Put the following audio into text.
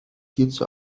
hierzu